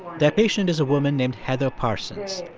their patient is a woman named heather parsons.